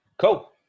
Cool